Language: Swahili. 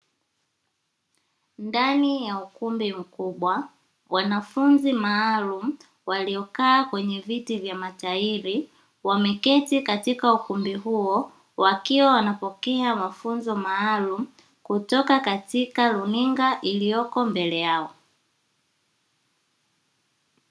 Ndani ya ukumbi mkubwa wanafunzi maalumu waliokaa kwenye viti vya matairi ,wameketi katika ukumbi huo wakiwa wanapokea mafunzo maalumu ,kutoka katika luninga iliyoko mbele yao.